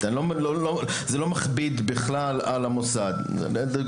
אני מסכים עם כל מילה שלך.